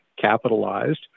capitalized